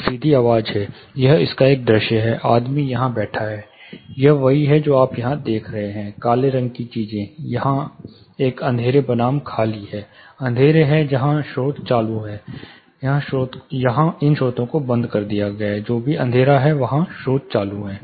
एक सीधी आवाज़ है यह इसका एक दृश्य है आदमी यहाँ बैठा है यह वही है जो आप यहाँ देख रहे हैं काले रंग की चीजें वहाँ एक अंधेरे बनाम खाली है अंधेरे हैं जहां स्रोत चालू हैं इन स्रोत को बंद कर दिया जाता है जो भी अंधेरा है वहां स्रोत चालू हैं